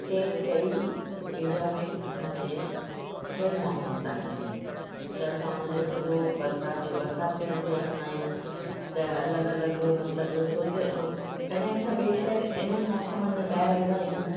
हिते टई इंडिया में असांजे टई मौसमु था हलनि त असां हुनजो मज़ो बरसाति जो बरसाति में मज़ो वठन्दा आहियूं त अलॻि अलॻि मतलबु सोचे ऐं कडहिं असां ॿिऐ शहर इन्हनि मौसमनि में ॿाहिरि वेंदा आहियूं